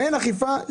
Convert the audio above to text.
אין אכיפה?